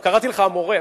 קראתי לך "המורה",